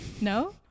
no